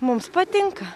mums patinka